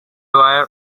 were